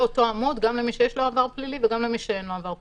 אותו עמוד גם למי שיש לו עבר פלילי וגם למי שאין לו עבר פלילי.